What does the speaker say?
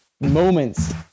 moments